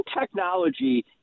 technology